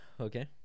Okay